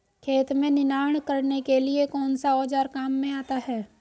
खेत में निनाण करने के लिए कौनसा औज़ार काम में आता है?